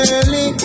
Early